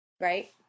Right